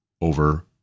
over